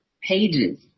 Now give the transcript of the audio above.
pages